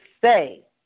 say